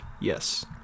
Yes